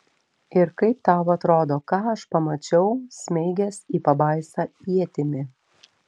ir kaip tau atrodo ką aš pamačiau smeigęs į pabaisą ietimi